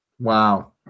Wow